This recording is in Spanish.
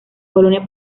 colonia